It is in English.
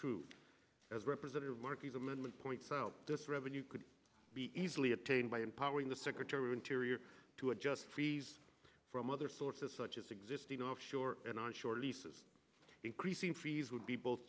true as representative markey amendment points out this revenue could be easily obtained by empowering the secretary interior to adjust fees from other sources such as existing offshore and onshore leases increasing fees would be both